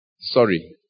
Sorry